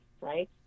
right